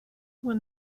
when